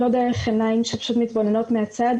לא דרך עיניים שמתבוננות מהצד,